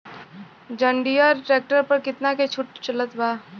जंडियर tractor पर कितना के छूट चलत बा?